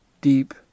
deep